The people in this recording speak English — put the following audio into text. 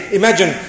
imagine